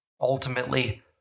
Ultimately